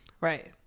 Right